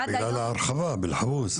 זה בגלל ההרחבה באלחרוז.